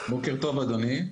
בוקר טוב אדוני.